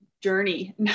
journey